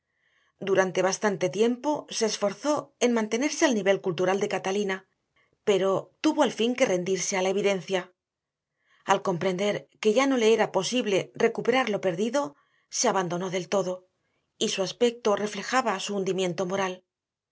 durante bastante tiempo se esforzó en mantenerse al nivel cultural de catalina pero tuvo al fin que rendirse a la evidencia al comprender que ya no le era posible recuperar lo perdido se abandonó del todo y su aspecto reflejaba su hundimiento moral